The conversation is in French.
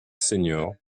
seniors